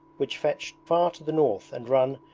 which fetch far to the north and run,